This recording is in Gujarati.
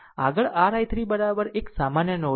આગળ r i3 i3 આ એક સામાન્ય નોડ છે